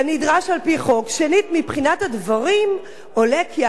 מבחינת הדברים עולה כי ההגנה שמעניק החוק